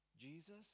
Jesus